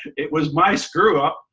it was my screw up,